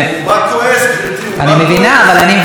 אני מבינה, אבל אני מבקשת כמה פעמים לסיים,